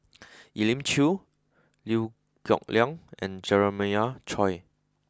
Elim Chew Liew Geok Leong and Jeremiah Choy